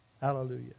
Hallelujah